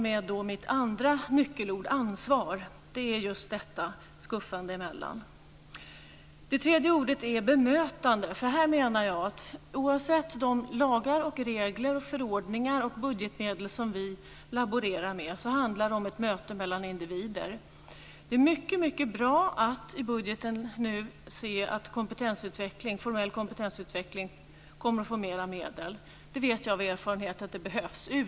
Med mitt andra nyckelord, ansvar, tänker jag just på detta skuffande emellan. Det tredje ordet är bemötande. Oavsett de lagar, regler, förordningar och budgetmedel som vi laborerar med, handlar det om ett möte mellan individer. Det är mycket bra att se i budgeten att formell kompetensutveckling kommer att få mer medel. Jag vet av erfarenhet att det behövs.